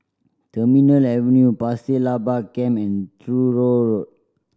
Terminal Avenue Pasir Laba Camp and Truro Road